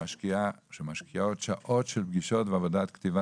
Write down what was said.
שמשקיעה עוד שעות של פגישות ועבודת כתיבה